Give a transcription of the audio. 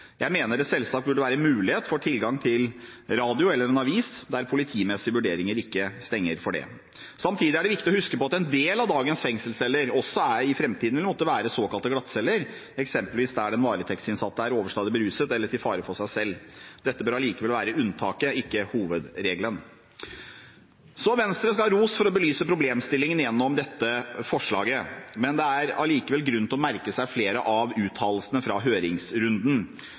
Jeg mener det selvsagt burde være mulighet for tilgang til radio eller en avis der politimessige vurderinger ikke stenger for det. Samtidig er det viktig å huske på at en del av dagens fengselsceller også i framtiden må være såkalte glattceller, eksempelvis der den varetektsinnsatte er overstadig beruset eller til fare for seg selv. Dette bør likevel være unntaket, ikke hovedregelen. Så skal Venstre ha ros for å belyse problemstillingen gjennom dette forslaget. Men det er likevel grunn til å merke seg flere av uttalelsene fra høringsrunden.